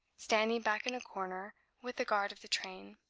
standing back in a corner with the guard of the train,